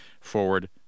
forward